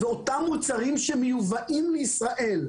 ואותם מוצרים שמיובאים לישראל,